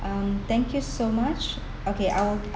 um thank you so much okay I will